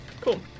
cool